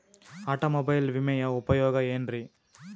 Automobile ವಿಮೆಯ ಉಪಯೋಗ ಏನ್ರೀ?